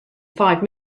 five